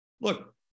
look